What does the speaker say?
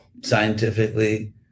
scientifically